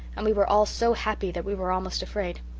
and we were all so happy that we were almost afraid.